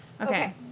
Okay